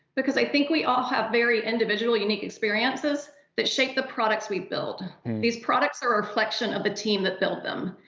because i think we all have very individually unique experiences that shape the products we build. these products are a reflection of the team that build them.